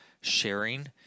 sharing